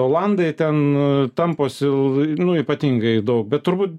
olandai ten tamposi nu ypatingai daug bet turbūt